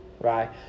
right